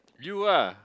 you ah